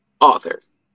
authors